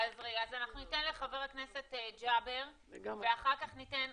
אז אנחנו ניתן לחבר הכנסת ג'אבר ואחר כך ניתן